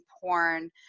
porn